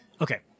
Okay